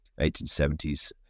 1870s